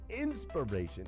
inspiration